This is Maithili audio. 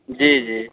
जी जी